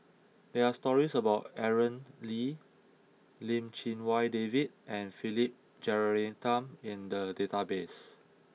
there are stories about Aaron Lee Lim Chee Wai David and Philip Jeyaretnam in the database